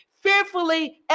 fearfully